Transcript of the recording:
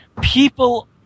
people